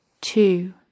Two